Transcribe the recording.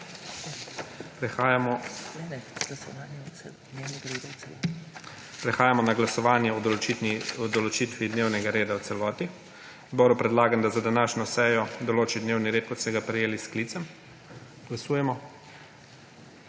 Prehajamo na glasovanje o določitvi dnevnega reda v celoti. Odboru predlagam, da za današnjo sejo določi dnevni red, kot ste ga prejeli s sklicem. Glasujemo